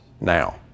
Now